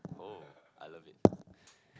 oh I love it